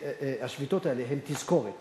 שהשביתות האלה הן תזכורת